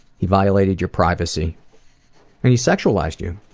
he violated your privacy and he sexualized you.